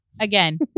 again